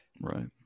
right